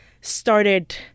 started